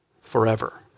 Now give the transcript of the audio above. forever